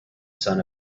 sun